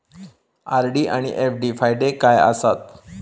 RD आनि FD फायदे काय आसात?